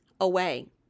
away